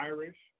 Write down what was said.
Irish